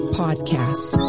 podcast